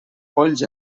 polls